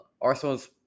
Arsenal's